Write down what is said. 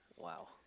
wow